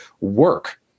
work